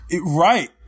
Right